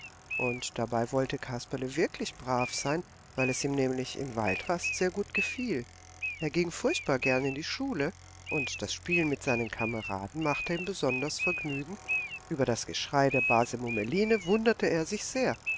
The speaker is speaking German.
und dabei wollte kasperle wirklich brav sein weil es ihm nämlich in waldrast sehr gut gefiel er ging furchtbar gern in die schule und das spielen mit seinen kameraden machte ihm besonders vergnügen über das geschrei der base mummeline wunderte er sich sehr